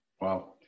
Wow